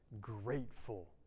grateful